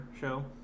show